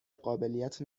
قابلیت